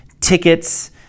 tickets